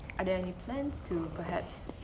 and any plans to perhaps,